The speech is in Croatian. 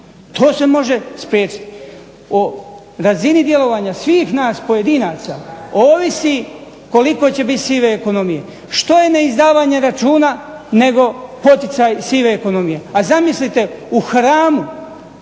To se može spriječiti. O razini djelovanja svih nas pojedinaca ovisi koliko će biti sive ekonomije. Što je neizdavanje računa nego poticaj sive ekonomije? A zamislite u hramu